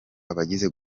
abagize